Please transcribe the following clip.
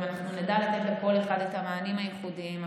אם נדע לתת לכל אחד את המענים הייחודיים,